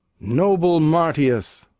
noble marcius!